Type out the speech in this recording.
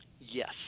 Yes